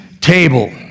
table